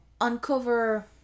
uncover